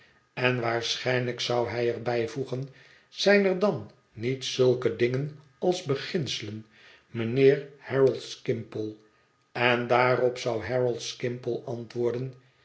en waarschijnlijk zou hij er bijvoegen zijn er dan niet zulke dingen als beginselen mijnheer harold skimpole en daarop zou harold skimpole antwoorden